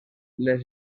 les